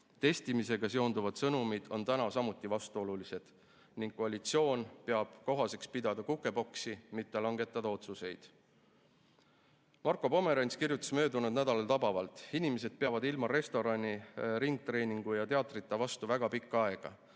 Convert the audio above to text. Testimisega seonduvad sõnumid on samuti vastuolulised. Koalitsioon peab aga kohaseks tegeleda kukepoksiga, mitte langetada otsuseid. Marko Pomerants kirjutas möödunud nädalal tabavalt: "Inimesed peavad ilma restorani, ringtreeningu ja teatrita vastu väga pikka aega,